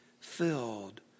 filled